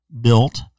built